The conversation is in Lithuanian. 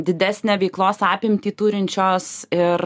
didesnę veiklos apimtį turinčios ir